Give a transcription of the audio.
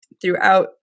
throughout